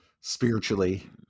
Spiritually